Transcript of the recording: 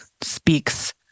speaks